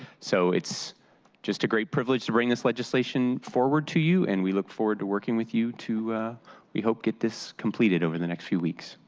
so just a great privilege to bring this legislation forward to you and we look forward to working with you to we hope get this completed over the next few weeks.